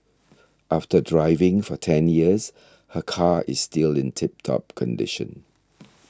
after driving for ten years her car is still in tip top condition